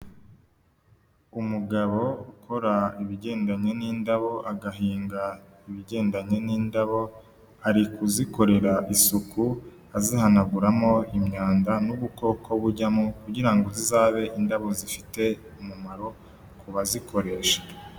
Umugabo ukora ibigendanye n'indabo agahinga ibigendanye n'indabo ari kuzikorera isuku azihanaguramo imyanda n'ubukoko bujyamo kugira ngo zizabe indabo zifite umumaro ku bazikoresha.